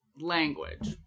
language